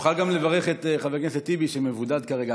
תוכל גם לברך את חבר הכנסת טיבי, שמבודד כרגע.